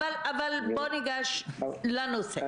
בבקשה, אבל ניגש לנושא.